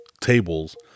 tables